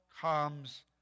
comes